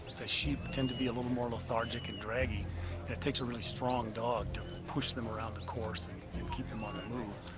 the sheep tend to be a little more lethargic and draggy, and it takes a really strong dog to push them around the course and keep them on the move.